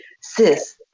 sis